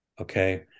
Okay